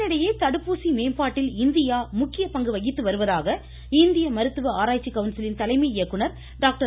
இதனிடையே தடுப்பூசி மேம்பாட்டில் இந்தியா முக்கிய பங்கு வகித்து வருவதாக இந்திய மருத்துவ ஆராய்ச்சி கவுன்சிலின் தலைமை இயக்குநர் டாக்டர்